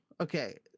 okay